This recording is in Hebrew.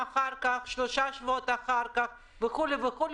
שבועיים-שלושה שבועות אחר כך וכו' וכו',